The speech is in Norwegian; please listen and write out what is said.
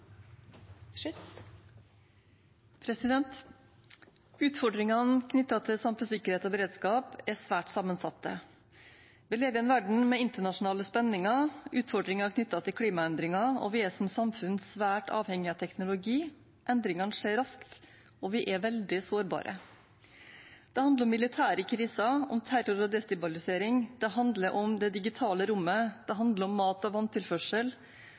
svært sammensatte. Vi lever i en verden med internasjonale spenninger og utfordringer knyttet til klimaendringer, og vi er som samfunn svært avhengig av teknologi. Endringene skjer raskt, og vi er veldig sårbare. Det handler om militære kriser, om terror og destabilisering. Det handler om det digitale rommet, det handler om mat- og vanntilførsel,